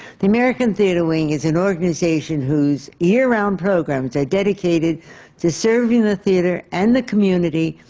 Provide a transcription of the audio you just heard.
the american theatre wing is an organization whose year-round programs are dedicated to serving the theatre and the community,